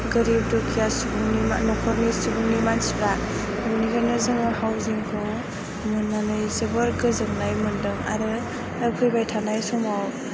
गोरिब दुखिया सुबुंनि न'खरनि सुबुंनि मानसिफोरा बेनिखायनो जोङो हाउसिंखौ मोननानै जोबोर गोजोननाय मोनदों आरो फैबाय थानाय समाव